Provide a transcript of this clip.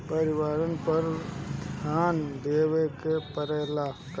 परिवारन पर भी ध्यान देवे के परेला का?